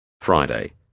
Friday